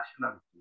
nationality